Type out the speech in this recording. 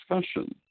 discussion